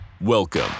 Welcome